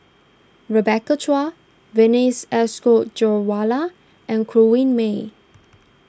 Rebecca Chua Vijesh Ashok Ghariwala and Corrinne May